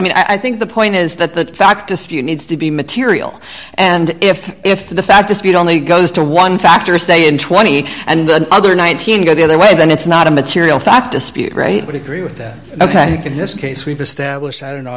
mean i think the point is that the fact dispute needs to be material and if if the fat dispute only goes to one factor say in twenty and the other nineteen go the other way then it's not a material fact dispute rate would agree with that and i think in this case we've established i don't know